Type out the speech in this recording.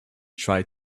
tried